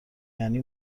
یعنی